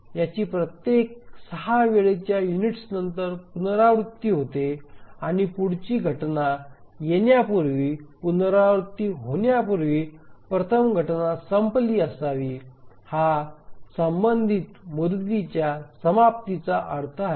याची प्रत्येक 6 वेळेच्या युनिट्स नंतर पुनरावृत्ती होते आणि पुढची घटना येण्यापूर्वी पुनरावृत्ती होण्यापूर्वी प्रथम घटना संपली असावी हा संबंधित मुदतीच्या समाप्तीचा अर्थ आहे